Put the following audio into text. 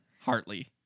Hartley